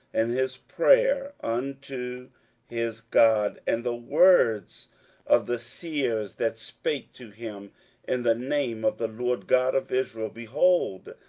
and his prayer unto his god, and the words of the seers that spake to him in the name of the lord god of israel, behold,